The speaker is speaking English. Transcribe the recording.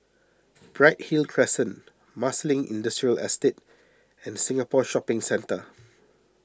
Bright Hill Crescent Marsiling Industrial Estate and Singapore Shopping Centre